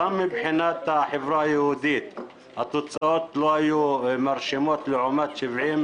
גם מבחינת החברה היהודית התוצאות לא היו מרשימות לעומת 78